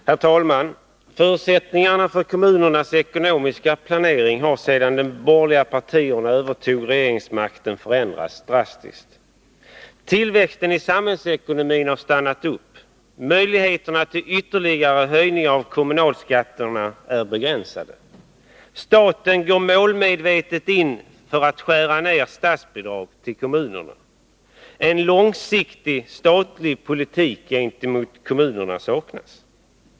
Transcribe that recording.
Herr talman! Förutsättningarna för kommunernas ekonomiska planering har sedan de borgerliga partierna övertog regeringsmakten förändrats drastiskt. Tillväxten i samhällsekonomin har stannat upp. Möjligheterna till ytterligare höjning av kommunalskatterna är begränsade. Staten går målmedvetet in för att skära ner statsbidrag till kommunerna. En långsiktig statlig politik gentemot kommunerna saknas.